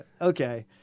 Okay